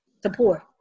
support